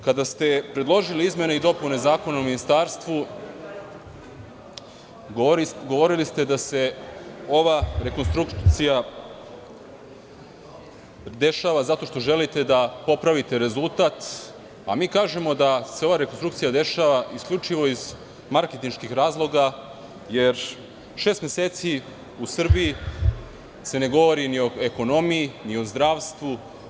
Kada ste predložili izmene i dopune Zakona o ministarstvu, govorili ste da se ova rekonstrukcija dešava zato što želite da popravite rezultat, a mi kažemo da se ova rekonstrukcija dešava isključivo iz marketinških razloga, jer šest meseci u Srbiji se ne govori ni o ekonomiji, ni o zdravstvu.